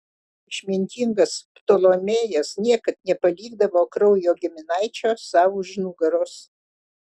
išmintingas ptolemėjas niekad nepalikdavo kraujo giminaičio sau už nugaros